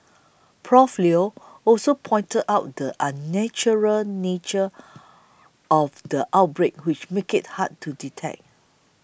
Prof Leo also pointed out the unusual nature of the outbreak which made it hard to detect